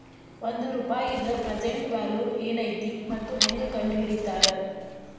ಒಂದ ರೂಪಾಯಿದ್ present value ಏನೈತಿ ಮತ್ತ ಹೆಂಗ ಕಂಡಹಿಡಿತಾರಾ